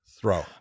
throw